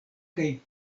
kaj